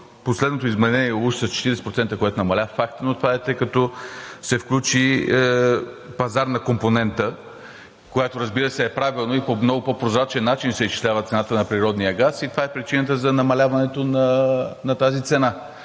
последното изменение уж са 40%, което намаля, това е факт, но това е, тъй като се включи пазарна компонента, която, разбира се, е правилна и по много по-прозрачен начин се изчислява цената на природния газ и това е причината за намаляването на тази цена.